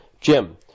Jim